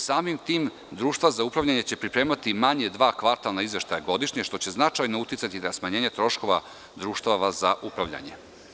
Samim tim, društva za upravljanje će pripremati manje dva kvartalna izveštaja godišnje što će značajno uticati na smanjenje troškova društava za upravljanje.